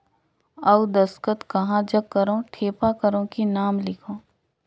अउ दस्खत कहा जग करो ठेपा करो कि नाम लिखो?